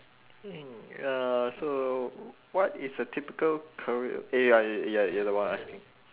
mm uh so what is a typical career eh ya ya you're the one asking